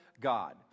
God